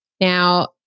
Now